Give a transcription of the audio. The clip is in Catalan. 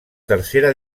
tercera